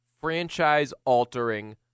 franchise-altering